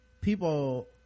people